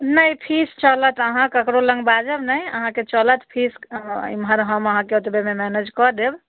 नहि फीस चलत अहाँ केकरो लग बाजब नहि अहाँकेँ चलत फीस एमहर हम अहाँकेँ एतबेमे मैनेज कऽ देब